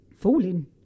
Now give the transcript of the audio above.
falling